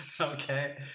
Okay